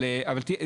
אבל שוב,